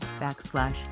backslash